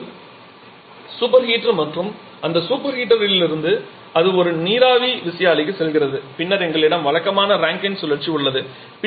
இது உங்கள் super heater மற்றும் அந்த சூப்பர் ஹீட்டரிலிருந்து அது ஒரு நீராவி விசையாழிக்குச் செல்கிறது பின்னர் எங்களிடம் வழக்கமான ரேங்கைன் சுழற்சி உள்ளது